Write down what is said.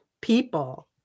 people